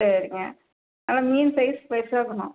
சரிங்க நல்லா மீன் சைஸ் பெருசாக இருக்கணும்